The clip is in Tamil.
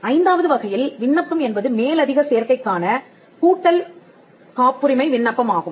ஐந்தாவது வகையில் விண்ணப்பம் என்பது மேலதிக சேர்க்கைக்கான கூட்டல் காப்புரிமை விண்ணப்பம் ஆகும்